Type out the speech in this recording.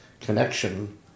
connection